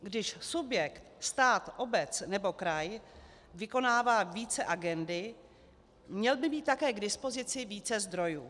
Když subjekt, stát, obec nebo kraj, vykonává více agendy, měl by mít také k dispozici více zdrojů.